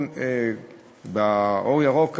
"אור ירוק",